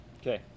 Okay